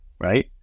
right